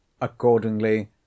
Accordingly